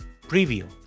Preview